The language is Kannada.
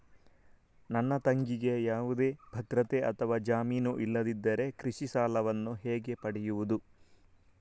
ನನ್ನ ತಂಗಿಗೆ ಯಾವುದೇ ಭದ್ರತೆ ಅಥವಾ ಜಾಮೀನು ಇಲ್ಲದಿದ್ದರೆ ಕೃಷಿ ಸಾಲವನ್ನು ಹೇಗೆ ಪಡೆಯುದು?